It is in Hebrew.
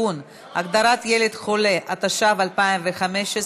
הגדרת ילד חולה), התשע"ו 2015,